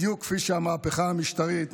בדיוק כפי שהמהפכה המשטרית